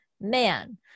man